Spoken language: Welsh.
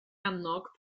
annog